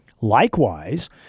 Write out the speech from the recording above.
Likewise